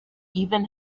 even